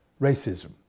racism